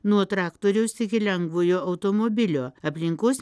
nuo traktoriaus iki lengvojo automobilio aplinkos